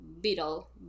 beetle